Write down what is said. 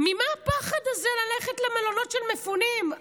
ממה הפחד הזה ללכת למלונות של מפונים,